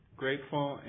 Grateful